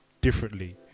differently